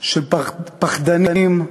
של פחדנים,